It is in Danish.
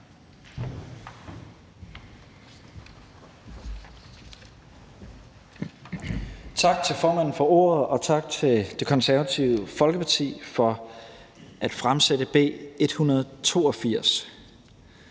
Tak til formanden for ordet, og tak til Det Konservative Folkeparti for at fremsætte B 182.